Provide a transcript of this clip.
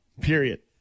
period